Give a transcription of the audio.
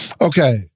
Okay